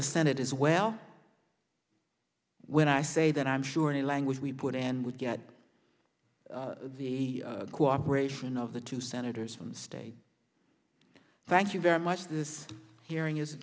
the senate as well when i say that i'm sure any language we put in would get the cooperation of the two senators from the state thank you very much this hearing is